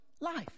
life